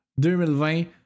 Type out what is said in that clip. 2020